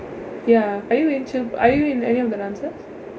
ya are you in chill are you in any of the dances